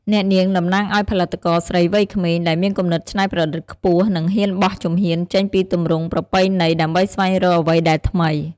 អ្នកនាងតំណាងឱ្យផលិតករស្រីវ័យក្មេង ដែលមានគំនិតច្នៃប្រឌិតខ្ពស់ និងហ៊ានបោះជំហានចេញពីទម្រង់ប្រពៃណី ដើម្បីស្វែងរកអ្វីដែលថ្មី។